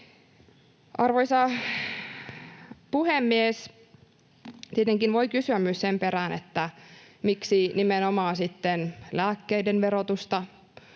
Arvoisa puhemies! Tietenkin voi kysyä myös sen perään, miksi nimenomaan sitten lääkkeiden verotusta